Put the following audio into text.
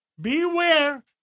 beware